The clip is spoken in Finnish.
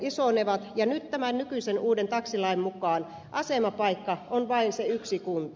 nyt tämän nykyisen uuden taksilain mukaan asemapaikka on vain se yksi kunta